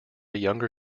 younger